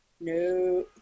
No